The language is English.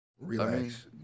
relax